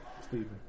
Stephen